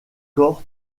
corps